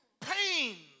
pain